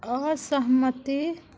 असहमति